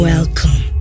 Welcome